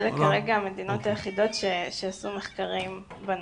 אלה כרגע המדינות היחידות שעשו מחקרים בנושא.